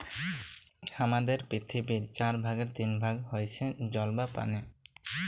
হামাদের পৃথিবীর চার ভাগের তিন ভাগ হইসে জল বা পানি